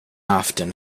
often